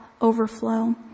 overflow